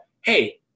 hey